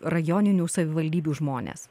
rajoninių savivaldybių žmonės